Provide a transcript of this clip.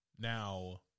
now